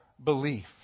Belief